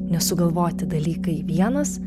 nesugalvoti dalykai vienas